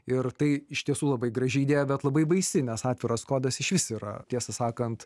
ir tai iš tiesų labai graži idėja bet labai baisi nes atviras kodas išvis yra tiesą sakant